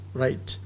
right